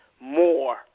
more